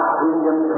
kingdom